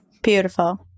Beautiful